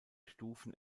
stufen